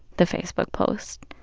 the facebook post.